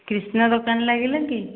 କ୍ରିଷ୍ଣା ଦୋକାନ ଲାଗିଲା କି